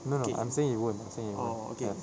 no no I'm saying it won't I'm saying it won't yes